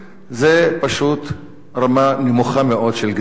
זו פשוט רמה נמוכה מאוד של גזענות.